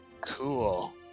cool